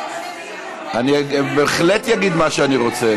אני בהחלט אגיד מה שאני רוצה.